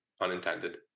Unintended